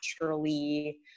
naturally